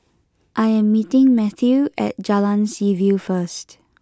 I am meeting Matthew at Jalan Seaview first